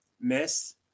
Miss